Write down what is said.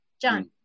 john